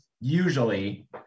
usually